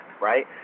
right